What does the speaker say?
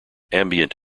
ambient